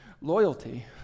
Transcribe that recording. Loyalty